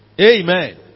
Amen